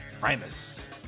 Primus